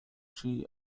chi